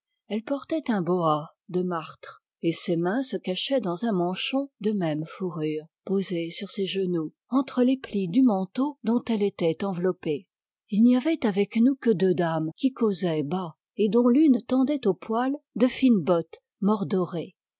elle portait un boa de martre et ses mains se cachaient dans un manchon de même fourrure posé sur ses genoux entre les plis du manteau dont elle était enveloppée il n'y avait avec nous que deux dames qui causaient bas et dont l'une tendait au poêle de fines bottes mordorées